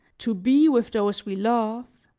to be with those we love,